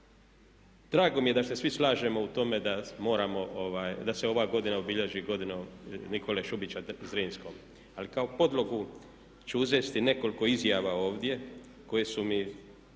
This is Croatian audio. Drago mi je da se svi slažemo u tome da moramo, da se ova godina obilježi godinom Nikole Šubića Zrinskog. Ali kao podlogu ću uzeti nekoliko izjava ovdje koje su mi